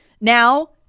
Now